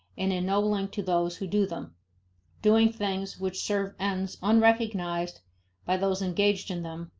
and ennobling to those who do them doing things which serve ends unrecognized by those engaged in them,